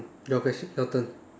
mm your question your turn